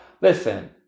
Listen